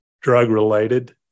drug-related